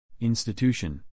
Institution